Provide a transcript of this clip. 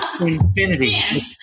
Infinity